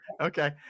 okay